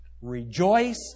Rejoice